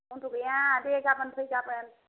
मनथ्र' गैया दे गाबोन फै गाबोन